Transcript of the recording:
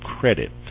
credit